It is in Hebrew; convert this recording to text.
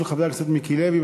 של חבר הכנסת מיקי לוי,